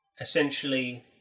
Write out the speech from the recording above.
essentially